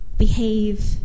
behave